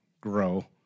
grow